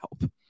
help